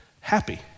happy